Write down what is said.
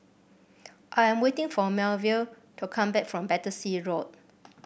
I am waiting for Melville to come back from Battersea Road